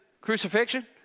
crucifixion